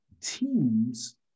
teams